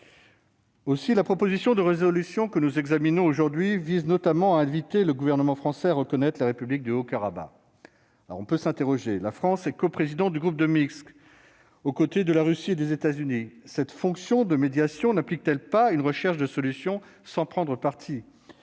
réglé. La proposition de résolution que nous examinons aujourd'hui vise notamment à inviter le Gouvernement français à reconnaître la République du Haut-Karabagh. On peut s'interroger. La France est coprésidente du groupe de Minsk aux côtés de la Russie et des États-Unis. Cette fonction de médiation n'implique-t-elle pas une recherche de solution sans prendre parti ?